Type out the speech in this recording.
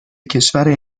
کشور